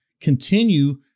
continue